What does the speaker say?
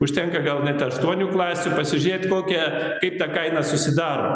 užtenka gal net aštuonių klasių pasižiūrėt kokia kaip ta kaina susidaro